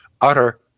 utter